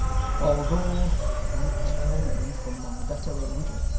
although you tear me from my better angel,